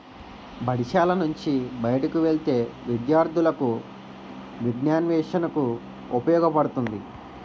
బడిశాల నుంచి బయటకు వెళ్లే విద్యార్థులకు విజ్ఞానాన్వేషణకు ఉపయోగపడుతుంది